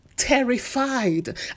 terrified